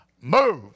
move